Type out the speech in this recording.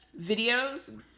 videos